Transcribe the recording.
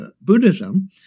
Buddhism